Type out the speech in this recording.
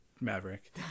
maverick